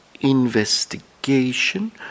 investigation